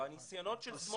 הניסיונות של סמוטריץ'.